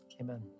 Amen